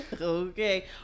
Okay